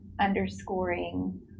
underscoring